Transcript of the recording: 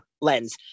lens